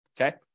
Okay